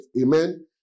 Amen